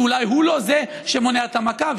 שאולי הוא לא זה שמונע את המכה,